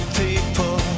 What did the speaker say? people